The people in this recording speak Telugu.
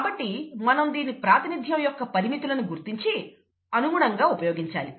కాబట్టి మనం దీని ప్రాతినిధ్యం యొక్క పరిమితులను గుర్తించి అనుగుణంగా ఉపయోగించాలి